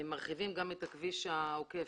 מרחיבים גם את הכביש העוקף,